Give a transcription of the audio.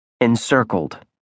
Encircled